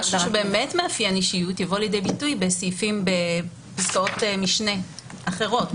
מה שבאמת מאפיין אישיות יבוא לידי ביטוי בפסקאות משנה אחרות.